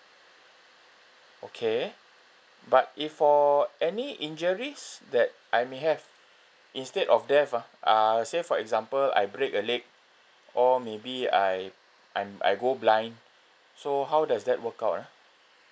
okay but if for any injuries that I may have instead of death ah uh say for example I break a leg or maybe I I'm I go blind so how does that work out ah